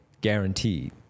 guaranteed